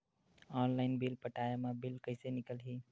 Online bill पटाय मा bill कइसे निकलही?